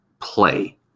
play